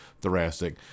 thoracic